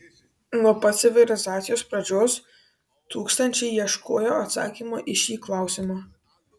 nuo pat civilizacijos pradžios tūkstančiai ieškojo atsakymo į šį klausimą